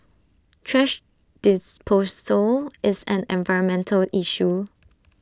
thrash disposal is an environmental issue